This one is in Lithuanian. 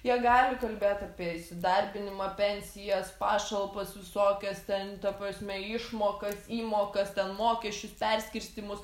jie gali kalbėt apie įsidarbinimą pensijas pašalpas visokias ten ta prasme išmokas įmokas ten mokesčius perskirstymus